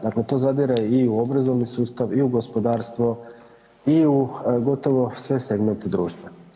Dakle, to zadire i u obrazovni sustav, i u gospodarstvo i u gotovo sve segmente društva.